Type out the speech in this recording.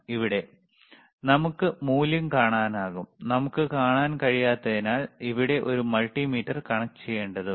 ഇവിടെ ഇടത് നമുക്ക് മൂല്യം കാണാനാകും വലത്ത് നമുക്ക് കാണാൻ കഴിയാത്തതിനാൽ ഇവിടെ ഒരു മൾട്ടിമീറ്റർ കണക്റ്റുചെയ്യേണ്ടതുണ്ട്